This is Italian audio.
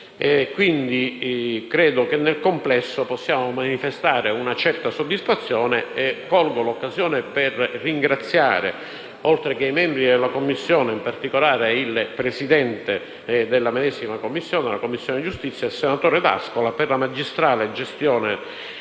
Quindi, credo che nel complesso possiamo manifestare una certa soddisfazione e colgo l'occasione per ringraziare, oltre ai membri della Commissione, il Presidente della Commissione giustizia, il senatore D'Ascola, per la magistrale gestione